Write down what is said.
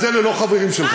אז אלה לא חברים שלך.